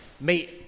meet